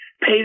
pay